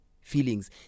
Feelings